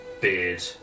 beard